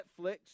Netflix